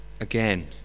again